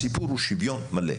הסיפור הוא שוויון מלא.